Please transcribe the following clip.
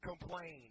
complain